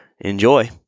Enjoy